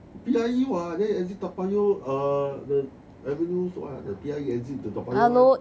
P_I_E what then you exit toa payoh uh the avenue what the P_I_E exit to toa payoh there